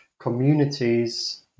communities